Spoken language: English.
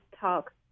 talk